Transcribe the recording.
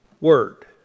word